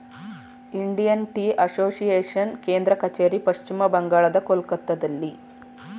Indian tea association ಕೇಂದ್ರ ಕಚೇರಿ ಪಶ್ಚಿಮ ಬಂಗಾಳದ ಕೊಲ್ಕತ್ತಾದಲ್ಲಿ